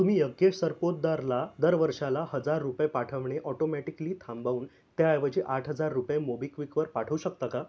तुम्ही यग्येश सरपोतदारला दर वर्षाला हजार रुपये पाठवणे ऑटोमॅटिकली थांबावून त्याऐवजी आठ हजार रुपये मोबिक्विकवर पाठवू शकता का